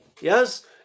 Yes